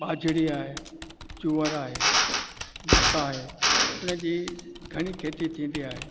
बाजरी आहे जूअर आहे मका आहे हुन जी घणी खेती थींदी आहे